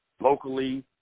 locally